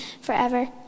forever